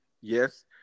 Yes